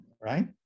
right